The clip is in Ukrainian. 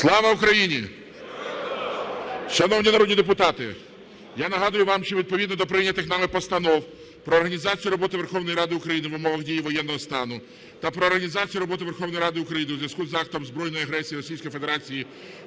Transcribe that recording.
Слава Україні! Шановні народні депутати, я нагадую вам, що відповідно до прийнятих нами постанов: про організацію роботи Верховної Ради України в умовах дії воєнного стану та "Про організацію роботи Верховної Ради України у зв'язку з актом збройної агресії